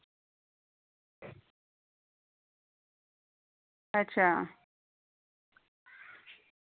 अच्छा